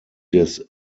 des